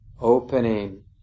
opening